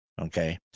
Okay